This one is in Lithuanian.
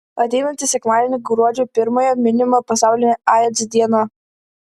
ateinantį sekmadienį gruodžio pirmąją minima pasaulinė aids diena